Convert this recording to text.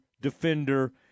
defender